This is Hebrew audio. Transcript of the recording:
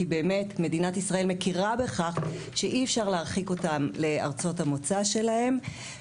כי באמת מדינת ישראל מכירה בכך שאי אפשר להרחיק אותם לארצות המוצא שלהם.